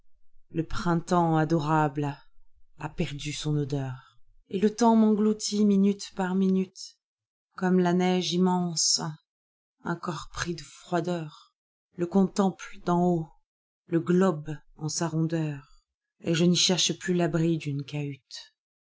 le printemos adorable a perdu son odeur et le temps m'engloutit minute par minute comme la neige immense un corps pris de roideur je contemple d'en haut le globe en sa rondeur et je n'y cherche plus l'abri d'une cahute